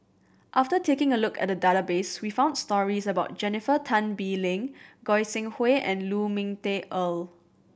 after taking a look at database we found stories about Jennifer Tan Bee Leng Goi Seng Hui and Lu Ming Teh Earl